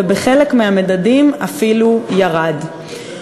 ובחלק מהמדדים אפילו ירד.